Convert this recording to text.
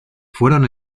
fueron